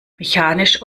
mechanisch